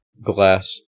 glass